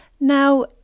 Now